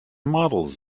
models